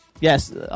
Yes